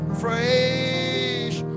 fresh